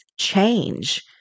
change